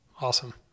Awesome